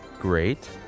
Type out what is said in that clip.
Great